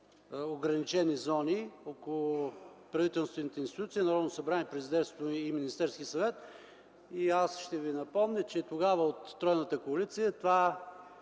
ограничени зони около правителствените институции – Народно събрание, Президентството и Министерския съвет, и аз ще ви напомня, че тогава от тройната коалиция това